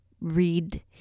read